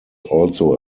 also